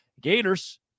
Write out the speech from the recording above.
Gators